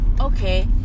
okay